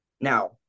now